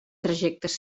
trajectes